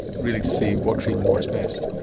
really to see what treatment works best?